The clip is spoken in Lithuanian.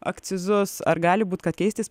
akcizus ar gali būt kad keistis